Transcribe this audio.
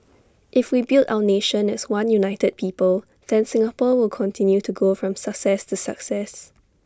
if we build our nation as one united people then Singapore will continue to go from success to success